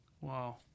Wow